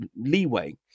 leeway